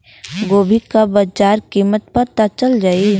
गोभी का बाजार कीमत पता चल जाई?